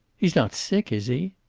he's not sick, is he?